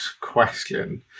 question